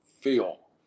feel